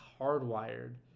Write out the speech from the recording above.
hardwired